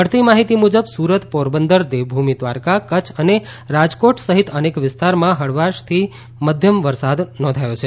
મળતી માહિતી મુજબ સુરત પોરબંદર દેવભૂમિ દ્વારકા કચ્છ અને રાજકોટ સહિત અનેક વિસ્તારમાં હળવાશથી મધ્યમ વરસાદ નોંધાયો છે